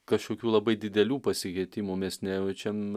kažkokių labai didelių pasikeitimų mes nejaučiam